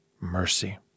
mercy